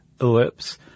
ellipse